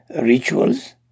rituals